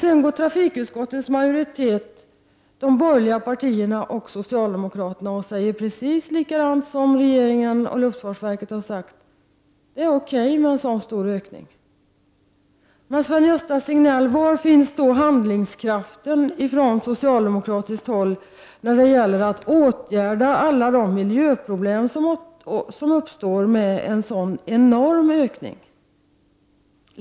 Sedan säger majoriteten i trafikutskottet, de borgerliga partierna och socialdemokraterna, precis samma sak som regeringen och luftfartsverket, nämligen att det är okej med en sådan stor ökning. Men, Sven-Gösta Signell, var finns då handlingskraften på socialdemokratiskt håll när det gäller att åtgärda alla de miljöproblem som uppstår vid en sådan enorm ökning av flyget?